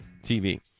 TV